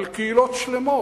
על קהילות שלמות,